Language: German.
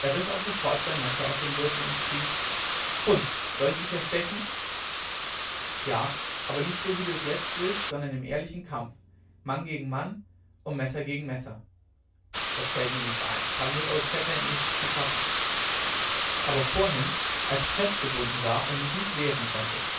auch sofort sein messer aus dem gürtel und schrie hund soll ich dich erstechen ja aber nicht so wie du es jetzt willst sondern im ehrlichen kampfe mann gegen mann und messer gegen messer das fällt mir nicht ein ich habe mit old shatterhand nichts zu schaffen aber vorhin als ich festgebunden war und mich nicht wehren konnte